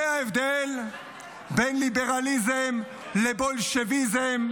זה ההבדל בין ליברליזם לבולשביזם,